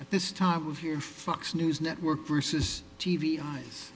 at this time of year fox news network versus t v eyes